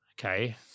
Okay